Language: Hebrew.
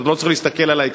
אז לא צריך להסתכל עלי כך.